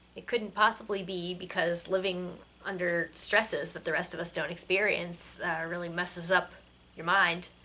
it couldn't possibly be because living under stresses that the rest of us don't experience really messes up your mind!